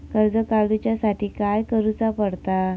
कर्ज काडूच्या साठी काय करुचा पडता?